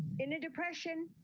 in a depression,